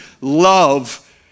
love